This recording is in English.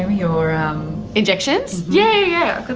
your injections? yeah,